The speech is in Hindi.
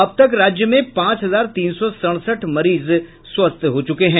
अब तक राज्य में पांच हजार तीन सौ सड़सठ मरीज स्वस्थ हो चुके हैं